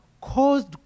caused